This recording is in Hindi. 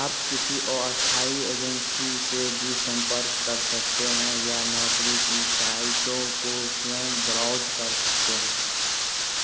आप किसी अस्थायी एजेंसी से भी संपर्क कर सकते हैं या नौकरी की साइटो को स्वयं ब्राउज़ ब्राउज़ कर सकते हैं